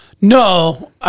No